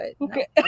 Okay